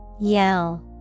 Yell